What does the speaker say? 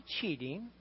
cheating